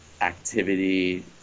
activity